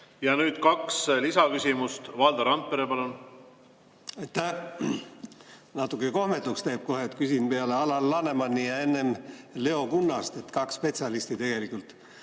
Nüüd kaks lisaküsimust. Valdo Randpere, palun! Natuke kohmetuks teeb kohe, et küsin kohe peale Alar Lanemani ja enne Leo Kunnast – kaks spetsialisti. Ma tegelikult